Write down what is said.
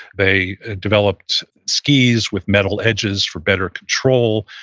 they developed skis with metal edges for better control,